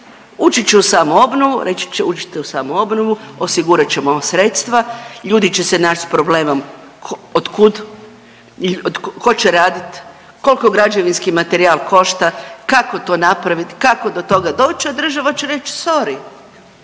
Ući će u samoobnovu, reći će uđite u samoobnovu, osigurat ćemo vam sredstva, ljudi će se naći s problemom od kud, tko će raditi, koliko građevinski materijal košta, kako to napraviti, kako do toga doći, a država će reći, sorry,